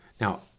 Now